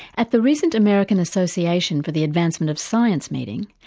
at the recent american association for the advancement of science meeting,